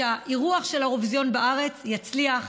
שהאירוח של האירוויזיון בארץ יצליח,